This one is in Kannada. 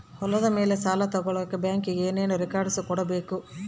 ಹೊಲದ ಮೇಲೆ ಸಾಲ ತಗಳಕ ಬ್ಯಾಂಕಿಗೆ ಏನು ಏನು ರೆಕಾರ್ಡ್ಸ್ ಕೊಡಬೇಕು?